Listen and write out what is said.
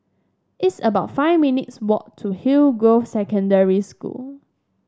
it's about five minutes' walk to Hillgrove Secondary School